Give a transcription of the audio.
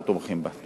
אנחנו תומכים בה.